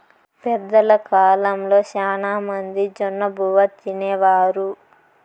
పెద్దల కాలంలో శ్యానా మంది జొన్నబువ్వ తినేవారు